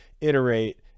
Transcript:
iterate